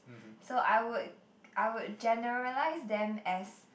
so I would I would generalise them as